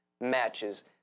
matches